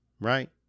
right